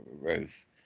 roof